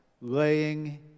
Laying